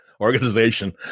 organization